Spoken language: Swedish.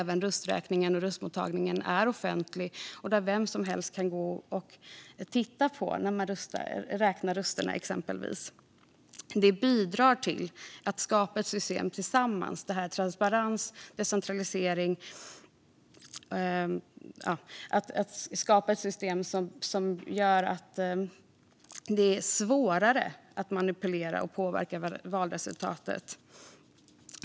Då röstmottagningen och rösträkningen är offentlig kan vem som helst gå och titta på när man exempelvis räknar rösterna. Transparens och decentralisering bidrar till att skapa ett system som gör det svårare att manipulera eller påverka valresultatet.